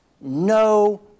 no